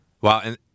Wow